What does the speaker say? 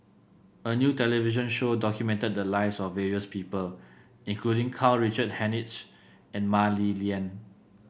a new television show documented the lives of various people including Karl Richard Hanitsch and Mah Li Lian